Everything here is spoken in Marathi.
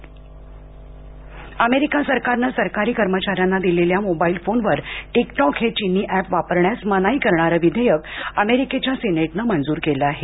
अमेरिका टिकटॉक अमेरिका सरकारनं सरकारी कर्मचाऱ्यांना दिलेल्या मोबाईल फोनवर टिकटॉक हे चीनी अॅप वापरण्यास मनाई करणारे विधेयक अमेरिकेच्या सिनेटने मंजुरी दिली आहे